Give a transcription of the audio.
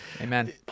Amen